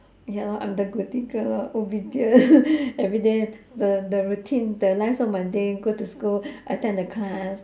ya lor I'm the goody girl lor obedient every day the the routine the life so mundane go to school attend the class